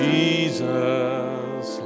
Jesus